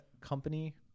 company